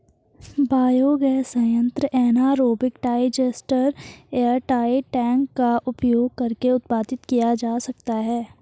biogas संयंत्र anaerobic digester airtight tank का उपयोग करके उत्पादित किया जा सकता है